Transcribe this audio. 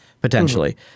potentially